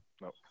no